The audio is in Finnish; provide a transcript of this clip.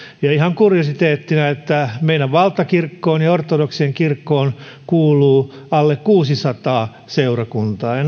ja ihan kuriositeettina että meidän valtakirkkoon ja ortodoksiseen kirkkoon kuuluu alle kuusisataa seurakuntaa ja